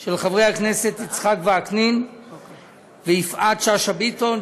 של חברי הכנסת יצחק וקנין ויפעת שאשא ביטון,